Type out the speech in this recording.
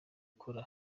gukora